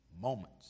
moments